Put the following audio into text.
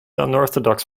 unorthodox